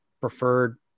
preferred